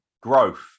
growth